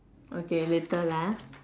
okay later lah